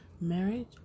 marriage